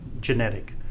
genetic